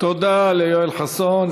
תודה ליואל חסון.